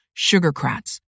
sugarcrats